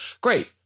Great